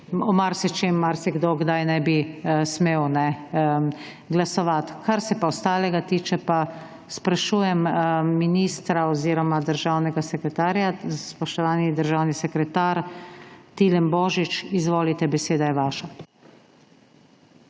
o marsičem marsikdo kdaj ne bi smel glasovati. Kar se pa ostalega tiče, pa sprašujem ministra oziroma državnega sekretarja. Spoštovani državni sekretar Tilen Božič, izvolite, beseda je vaša.